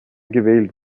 gewählt